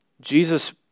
Jesus